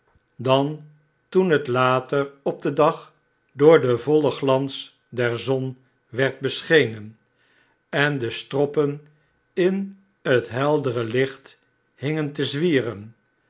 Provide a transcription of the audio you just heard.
dan toen het later op den dag door den vollen glans der zon werd beschenen en de stroppen in het heldere iicht hingen te zwieren